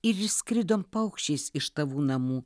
ir išskridom paukščiais iš tavų namų